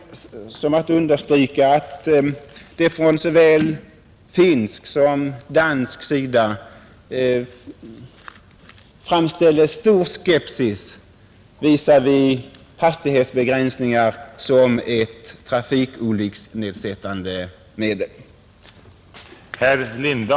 Jag är angelägen att i sammanhanget understryka att det från såväl finsk som dansk sida framförts stor skepsis visavi hastighetsbegränsningar som ett trafikolycksnedsättande medel.